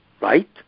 Right